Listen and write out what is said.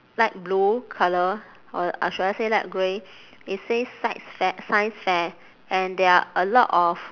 light blue colour or I should I say light grey it says sights fair science fair and there are a lot of